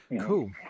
cool